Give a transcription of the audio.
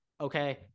okay